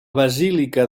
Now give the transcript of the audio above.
basílica